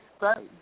right